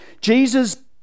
jesus